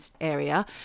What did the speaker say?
area